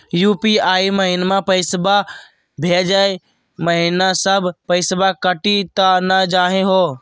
UPI महिना पैसवा भेजै महिना सब पैसवा कटी त नै जाही हो?